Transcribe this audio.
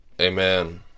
Amen